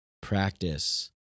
practice